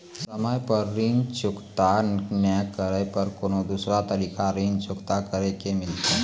समय पर ऋण चुकता नै करे पर कोनो दूसरा तरीका ऋण चुकता करे के मिलतै?